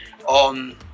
on